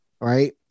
right